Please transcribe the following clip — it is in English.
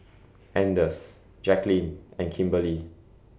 Anders Jackeline and Kimberly